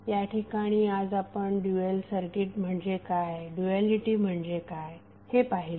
याठिकाणी आज आपण ड्यूएल सर्किट म्हणजे काय ड्यूएलीटी म्हणजे काय हे पाहिले